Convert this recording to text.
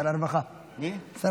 שר הרווחה מרגי,